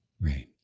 Right